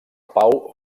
pau